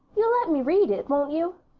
you'll let me read it, won't you?